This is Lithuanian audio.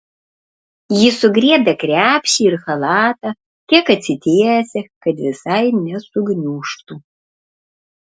ji sugriebia krepšį ir chalatą kiek atsitiesia kad visai nesugniužtų